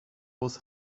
was